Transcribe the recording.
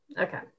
Okay